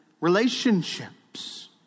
relationships